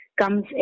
comes